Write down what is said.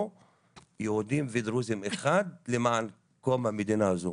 יהודים ודרוזים כאחד למען קום המדינה הזו.